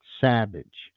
savage